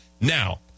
Now